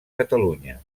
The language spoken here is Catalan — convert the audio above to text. catalunya